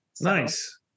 Nice